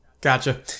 Gotcha